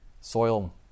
soil